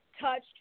touched